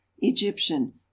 egyptian